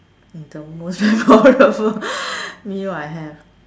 the most memorable meal I have